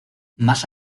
más